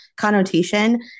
connotation